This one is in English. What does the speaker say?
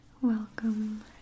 Welcome